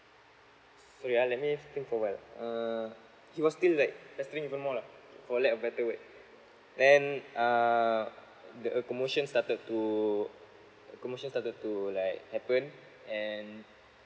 sorry ya let me think for awhile uh he was still like pestering even more lah for lack a better word then uh the uh commotions started to commotions started to like happen and